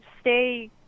stay